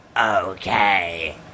Okay